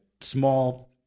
small